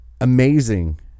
amazing